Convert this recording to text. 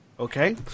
Okay